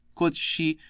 quoth she,